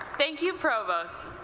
thank you, provost